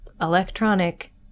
Electronic